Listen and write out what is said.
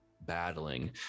battling